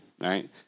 right